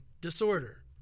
disorder